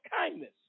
kindness